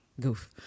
goof